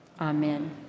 Amen